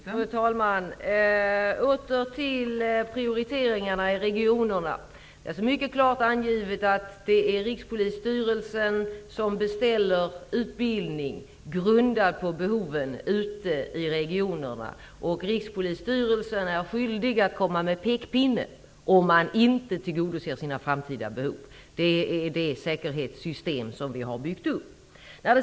Fru talman! Åter till prioriteringarna i regionerna. Det står mycket klart angivet att det är Rikspolisstyrelsen som beställer utbildning, grundad på behoven ute i regionerna. Rikspolisstyrelsen är skyldig att komma med pekpinne om de framtida behoven inte tillgodoses. Detta är det säkerhetssystem som vi har byggt upp.